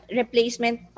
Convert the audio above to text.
replacement